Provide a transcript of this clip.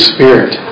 Spirit